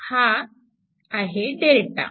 हा आहे Δ